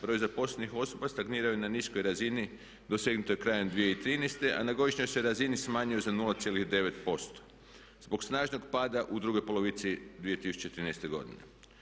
Broj zaposlenih osoba stagniraju na niskoj razini dosegnutoj krajem 2013., a na godišnjoj se razini smanjuju za 0,9% zbog snažnog pada u drugoj polovici 2013. godine.